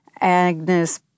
Agnes